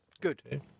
Good